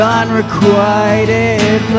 unrequited